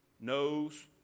knows